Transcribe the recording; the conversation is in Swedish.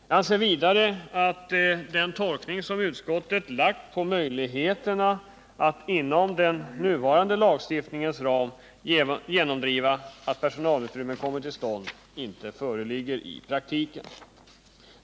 Jag anser vidare att den tolkning som utskottet gjort när det gäller möjligheterna att inom den nuvarande lagstiftningens ram genomdriva att personalutrymmen kommer till stånd inte föreligger i praktiken.